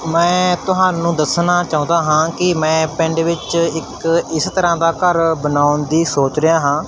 ਮੈਂ ਤੁਹਾਨੂੰ ਦੱਸਣਾ ਚਾਹੁੰਦਾ ਹਾਂ ਕਿ ਮੈਂ ਪਿੰਡ ਵਿੱਚ ਇੱਕ ਇਸ ਤਰ੍ਹਾਂ ਦਾ ਘਰ ਬਣਾਉਣ ਦੀ ਸੋਚ ਰਿਹਾ ਹਾਂ